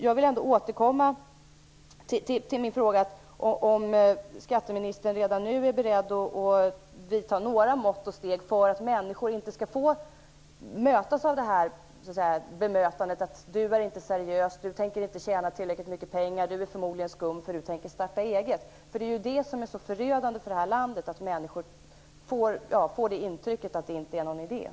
Jag vill återkomma till min fråga om skatteministern redan nu är beredd att vidta några mått och steg för att människor inte skall behöva mötas av påståenden om att de inte är seriösa, att de inte tänker tjäna tillräckligt mycket pengar eller att de förmodligen är skumma eftersom de tänker starta eget. Det är ju det, att människor får intryck av att det inte är någon idé att försöka, som är så förödande för det här landet.